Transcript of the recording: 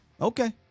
okay